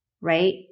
Right